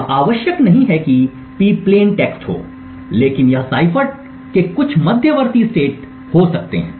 यह आवश्यक नहीं है कि P प्लेन टेक्स्ट है लेकिन यह साइफर के कुछ मध्यवर्ती सटेट हो सकता है